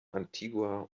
antigua